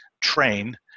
train